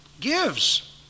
gives